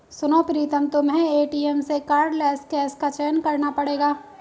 सुनो प्रीतम तुम्हें एटीएम में कार्डलेस कैश का चयन करना पड़ेगा